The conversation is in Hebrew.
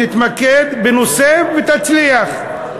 תתמקד בנושא ותצליח.